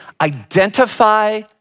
identify